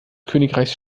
königreichs